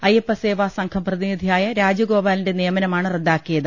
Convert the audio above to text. അയ്യപ്പ സേവാസംഘം പ്രതിനിധിയായ രാജഗോപാലിന്റെ നിയ മനമാണ് റദ്ദാക്കിയത്